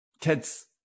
kids